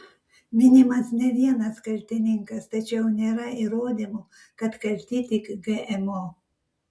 minimas ne vienas kaltininkas tačiau nėra įrodymų kad kalti tik gmo